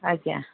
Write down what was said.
ଆଜ୍ଞା